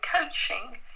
coaching